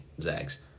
Zags